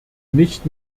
nicht